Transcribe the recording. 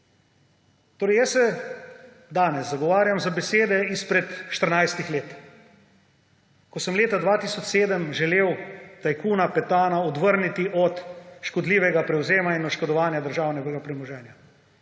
Jaz se danes zagovarjam za besede izpred štirinajstih let, ko sem leta 2007 želel tajkuna Petana odvrniti od škodljivega prevzema in oškodovanja državnega premoženja.